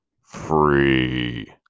free